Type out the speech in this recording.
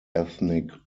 ethnic